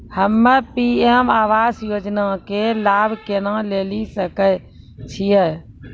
हम्मे पी.एम आवास योजना के लाभ केना लेली सकै छियै?